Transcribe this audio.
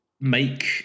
make